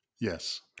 Yes